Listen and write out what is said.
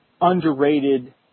underrated